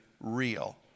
real